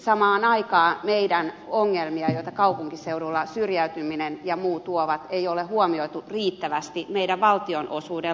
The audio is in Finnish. samaan aikaan meidän ongelmia joita kaupunkiseuduilla syrjäytyminen ja muu tuovat ei ole huomioitu riittävästi meidän valtionosuuden laskentapohjissa